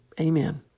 Amen